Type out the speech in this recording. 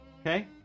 Okay